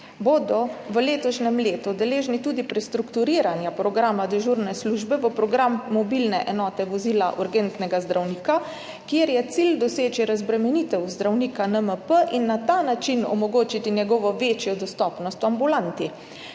bodo v letošnjem letu deležni tudi prestrukturiranja programa dežurne službe v program mobilne enote vozila urgentnega zdravnika, kjer je cilj doseči razbremenitev zdravnika NMP in na ta način omogočiti njegovo večjo dostopnost v ambulanti.